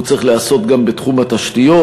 והוא צריך להיעשות גם בתחום התשתיות.